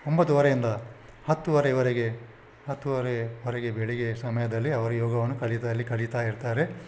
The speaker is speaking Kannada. ಒಂಬತ್ತುವರೆಯಿಂದ ಹತ್ತುವರೆಯವರೆಗೆ ಹತ್ತುವರೆ ವರೆಗೆ ಬೆಳಗ್ಗೆ ಸಮಯದಲ್ಲಿ ಅವರು ಯೋಗವನ್ನು ಕಲಿತ ಅಲ್ಲಿ ಕಲಿತಾಯಿರ್ತಾರೆ